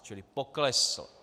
Čili poklesl.